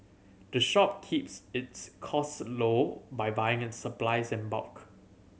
the shop keeps its costs low by buying its supplies in bulk